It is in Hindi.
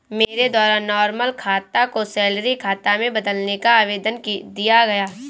मेरे द्वारा नॉर्मल खाता को सैलरी खाता में बदलने का आवेदन दिया गया